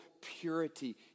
purity